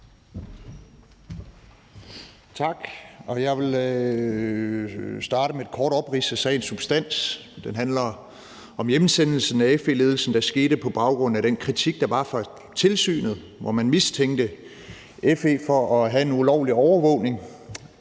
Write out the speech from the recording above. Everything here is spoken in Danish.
Tak. Jeg vil starte med et kort oprids af sagens substans. Den handler om hjemsendelsen af FE-ledelsen, der skete på baggrund af den kritik, der var fra tilsynet, hvor man mistænkte FE for at have en ulovlig overvågning.